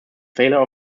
failure